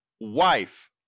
Wife